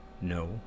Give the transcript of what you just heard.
No